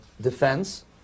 defense